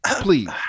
Please